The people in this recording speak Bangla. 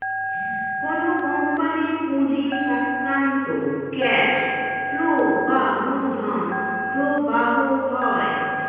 কোন কোম্পানির পুঁজি সংক্রান্ত ক্যাশ ফ্লো বা মূলধন প্রবাহ হয়